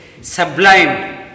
sublime